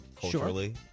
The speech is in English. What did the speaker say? culturally